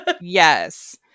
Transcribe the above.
Yes